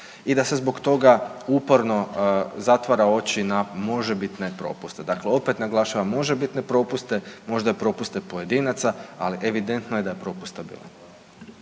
i da se zbog toga uporno zatvara oči na možebitne propuste. Dakle opet naglašavam možebitne propuste, možda i propuste pojedinaca, ali evidentno je da je propusta bilo.